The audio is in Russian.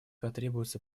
потребуется